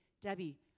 Debbie